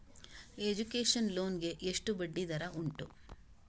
Education loan ಗೆ ಎಷ್ಟು ಬಡ್ಡಿ ದರ ಉಂಟು?